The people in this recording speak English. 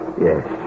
Yes